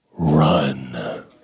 Run